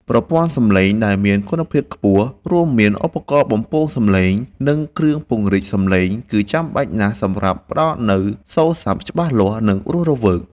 ប្រព័ន្ធសំឡេង ដែលមានគុណភាពខ្ពស់ រួមមានឧបករណ៍បំពងសំឡេង និងគ្រឿងពង្រីកសំឡេង គឺចាំបាច់ណាស់សម្រាប់ផ្ដល់នូវសូរស័ព្ទច្បាស់លាស់ និងរស់រវើក។